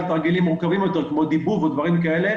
תרגילים מורכבים יותר כמו דיבוב או דברים כאלה